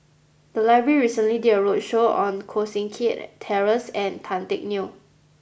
the library recently did a roadshow on Koh Seng Kiat Terence and Tan Teck Neo